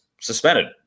suspended